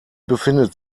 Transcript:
befindet